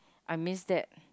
I miss that